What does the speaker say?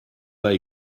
pas